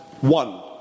one